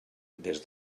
des